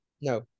No